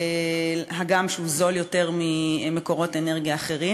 הגם שהוא זול יותר ממקורות אנרגיה אחרים.